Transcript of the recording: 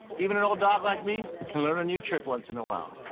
even an old dog like me can learn a new trick once in a while.